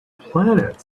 planet